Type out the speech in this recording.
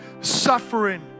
suffering